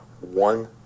one